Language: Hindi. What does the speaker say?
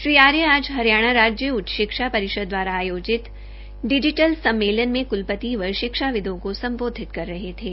श्री आर्य आज हरियाणा राज्य उच्च शिक्षा परिषद द्वारा आयोजित डिजिटल कॉन्कलेव में कुलपति व शिक्षाविदों को संबोधित करे रहें थे